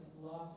lost